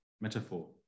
metaphor